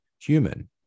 human